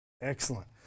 Excellent